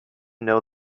know